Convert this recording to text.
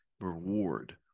reward